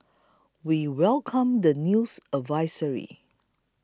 we welcomed the news advisory